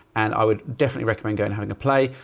and i would definitely recommend go and having a play.